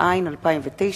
התש”ע 2009,